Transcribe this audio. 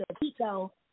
Pico